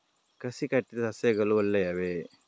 ಕಸಿ ಕಟ್ಟಿದ ಸಸ್ಯಗಳು ಒಳ್ಳೆಯವೇ?